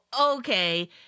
okay